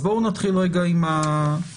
בואו נתחיל רגע עם ההחלטה.